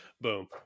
Boom